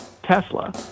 tesla